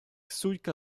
sójka